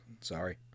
Sorry